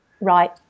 Right